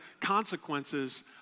consequences